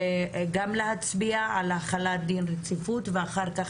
גם להצביע על החלת דין רציפות ואחר כך